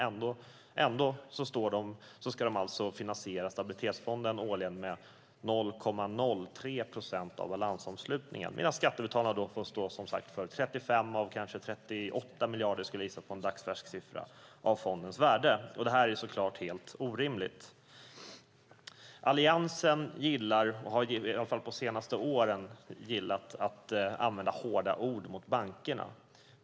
Ändå ska de alltså finansiera Stabilitetsfonden årligen med bara 0,03 procent av balansomslutningen medan skattebetalarna får stå för kanske 35 eller 38 miljarder - för att gissa på en dagsfärsk siffra - av fondens värde. Detta är såklart helt orimligt. Alliansen gillar - eller har i alla fall de senaste åren gillat - att använda hårda ord mot bankerna.